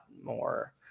more –